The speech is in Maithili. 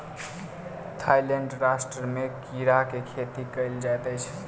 थाईलैंड राष्ट्र में कीड़ा के खेती कयल जाइत अछि